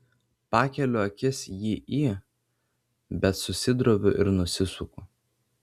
pakeliu akis jį į bet susidroviu ir nusisuku